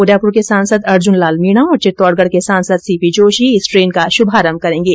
उदयपुर के सांसद अर्जुनलाल मीणा और चित्तौडगढ के सांसद सीपीजोशी इस ट्रेन का शुभारंभ करेंगें